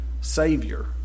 Savior